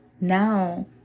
now